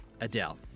Adele